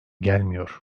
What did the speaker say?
gelmiyor